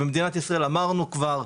במדינת ישראל אמרנו כבר,